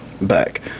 back